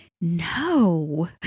No